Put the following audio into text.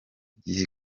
gihe